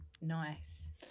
nice